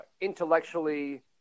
intellectually